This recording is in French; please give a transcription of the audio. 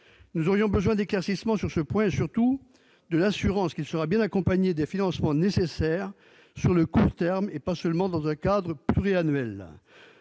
Nous aurions besoin d'éclaircissements sur ce point et, surtout, de l'assurance que ces mesures seront bien accompagnées des financements nécessaires sur le court terme, et pas seulement dans un cadre pluriannuel.